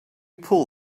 pull